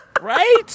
Right